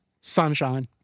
Sunshine